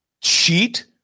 cheat